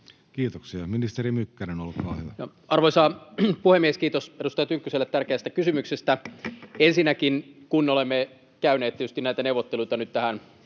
Kiitoksia. — Ministeri Mykkänen, olkaa hyvä. Arvoisa puhemies! Kiitos edustaja Tynkkyselle tärkeästä kysymyksestä. Ensinnäkin, kun olemme käyneet tietysti näitä neuvotteluita nyt tähän